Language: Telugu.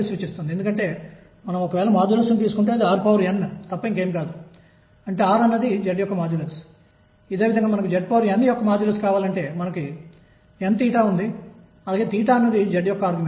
అందువల్ల ఆంప్లిట్యూడ్ A అనేది 2Em2